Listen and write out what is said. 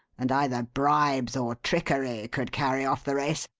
and either bribes or trickery could carry off the race.